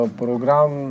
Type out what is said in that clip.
program